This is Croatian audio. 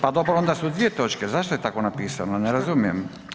Pa dobro, onda su dvije točke, zašto je tako napisano, ne razumijem?